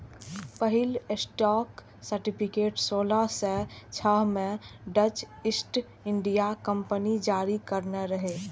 पहिल stock certificate सोलह सय छह मे डच ईस्ट इंडिया कंपनी जारी करने रहै